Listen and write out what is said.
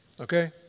Okay